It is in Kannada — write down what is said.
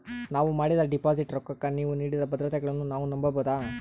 ನಾವು ಮಾಡಿದ ಡಿಪಾಜಿಟ್ ರೊಕ್ಕಕ್ಕ ನೀವು ನೀಡಿದ ಭದ್ರತೆಗಳನ್ನು ನಾವು ನಂಬಬಹುದಾ?